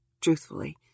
truthfully